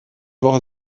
woche